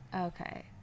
Okay